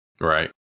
Right